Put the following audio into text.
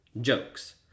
jokes